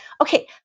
okay